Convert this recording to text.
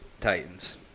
Titans